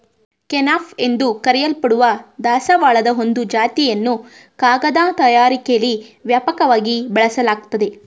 kenaf ಎಂದು ಕರೆಯಲ್ಪಡುವ ದಾಸವಾಳದ ಒಂದು ಜಾತಿಯನ್ನು ಕಾಗದ ತಯಾರಿಕೆಲಿ ವ್ಯಾಪಕವಾಗಿ ಬಳಸಲಾಗ್ತದೆ